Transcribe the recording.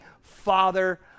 Father